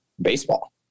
baseball